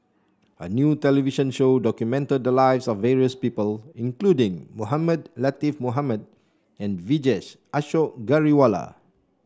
a new television show documented the lives of various people including Mohamed Latiff Mohamed and Vijesh Ashok Ghariwala